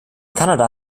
kanada